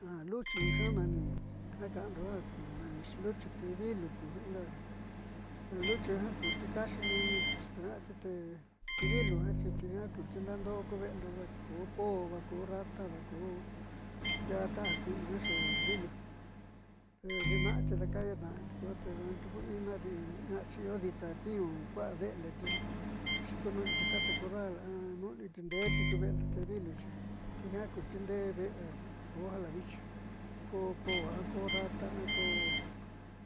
Ja luchi nani ja kaándo ja ku nanixi luchi tee vilu ku ingaka ja luchi jiaa kuti kaáxi niñu te xiitoñaáti tee ti vilu jiaa xi tijiaá kiuti ndaandoó ku ve'endo vajko koó vajko rata vojkó ndiaá ta te kui'ina xede vilo te diina'a te dakayaatna'ati ko duaá ni kutiu ina dii ña'achi io dita tniiñu kua'a de'endeti jua xiikunuuniti jata corral a un'uniti nde'eti ku ve'endo te viluxi ti jiaa kuti ndeé ve'éndo ja vajko ja la vichi ko koo a rata a koo o